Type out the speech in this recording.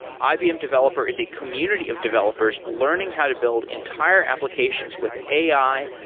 ibm developer is a community of developers learning how to build entire applications with ai,